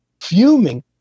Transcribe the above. fuming